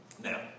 Now